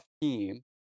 team